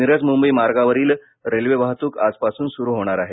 मिरज मुंबई मार्गावरील रेल्वे वाहतूक आज पासून सुरु होणार आहे